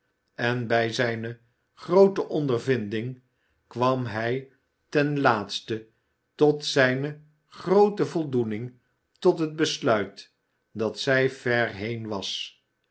en bij zijne groote ondervinding kwam hij ten laatste tot zijne groote voldoening tot het besluit dat zij ver heen was